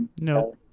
No